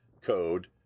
code